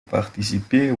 participer